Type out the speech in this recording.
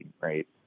right